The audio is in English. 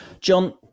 John